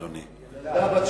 ילדה.